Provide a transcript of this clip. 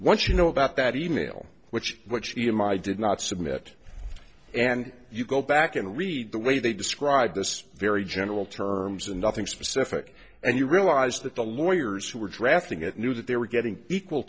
what you know about that e mail which what she in my did not submit and you go back and read the way they described this very general terms and nothing specific and you realize that the lawyers who were drafting it knew that they were getting equal